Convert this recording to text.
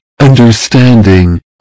understanding